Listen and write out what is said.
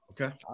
Okay